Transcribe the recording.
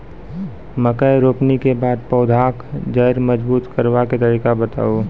मकय रोपनी के बाद पौधाक जैर मजबूत करबा के तरीका बताऊ?